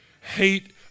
hate